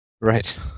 Right